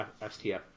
STF